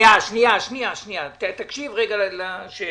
תקשיב רגע לשאלה: